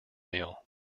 meal